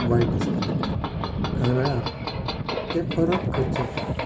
वायट दिसता कांय वेळार तें परत करचें पडटा